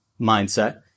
mindset